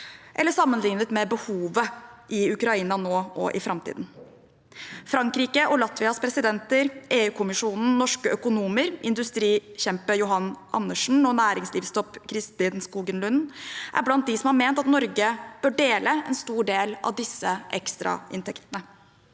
eller sammenlignet med behovet i Ukraina nå og i framtiden. Frankrike og Latvias presidenter, EU-kommisjonen, norske økonomer, industrikjempe Johan H. Andresen og næringslivstopp Kristin Skogen Lund er blant dem som har ment at Norge bør dele en stor del av disse ekstrainntektene.